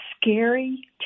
scary